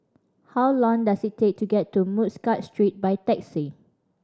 how long does it take to get to Muscat Street by taxi